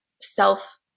self